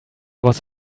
was